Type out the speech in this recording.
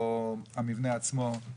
או המבנה עצמו.